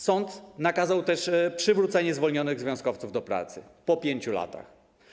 Sąd nakazał też przywrócenie zwolnionych związkowców do pracy - po 5 latach.